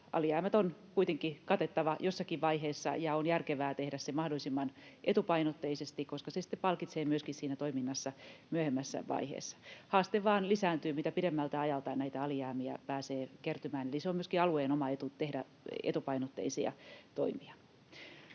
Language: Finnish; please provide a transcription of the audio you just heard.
alijäämät on kuitenkin katettava jossakin vaiheessa, ja on järkevää tehdä se mahdollisimman etupainotteisesti, koska se sitten palkitsee myöskin siinä toiminnassa myöhemmässä vaiheessa. Haaste vain lisääntyy, mitä pidemmältä ajalta näitä alijäämiä pääsee kertymään, eli on myöskin alueen oma etu tehdä etupainotteisia toimia.